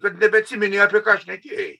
kad nebeatsimeni apie ką šnekėjai